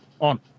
on